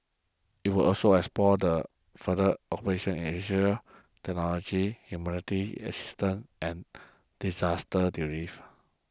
it will also explore further cooperation in Technology assistance and disaster relief